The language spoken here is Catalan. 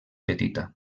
petita